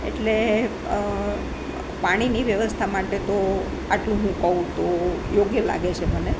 એટલે પાણીની વ્યવસ્થા માટે તો આટલું હું કહું તો યોગ્ય લાગે છે મને